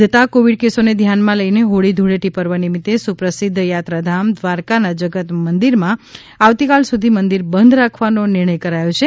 વધતાં કોવિડ કેસોને ધ્યાનમાં લઈને હોળી ધૂળેટી પર્વ નિમિત્તે સુપ્રસિદ્ધ યાત્રાધામ દ્વારકાના જગત મંદિરમાં આવતીકાલ સુધી મંદિર બંધ રાખવાનો નિર્ણય કરાયો છે